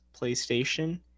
PlayStation